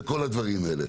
וכל הדברים האלה.